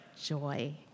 joy